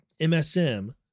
MSM